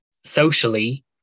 socially